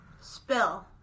Spill